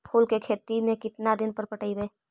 फूल के खेती में केतना दिन पर पटइबै?